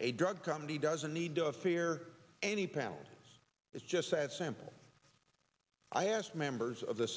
a drug company doesn't need to fear any penalties it's just that simple i asked members of the